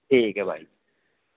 ٹھیک ہے بھائی